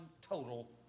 total